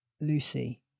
Lucy